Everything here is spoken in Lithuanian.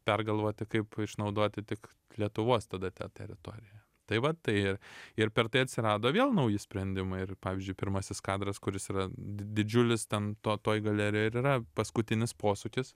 pergalvoti kaip išnaudoti tik lietuvos tada tą teritoriją tai va tai ir per tai atsirado vėl nauji sprendimai ir pavyzdžiui pirmasis kadras kuris yra di didžiulis ten to toj galerijoj ir yra paskutinis posūkis